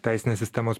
teisinės sistemos